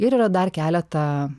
ir yra dar keleta